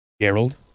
Gerald